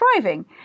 thriving